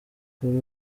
kuri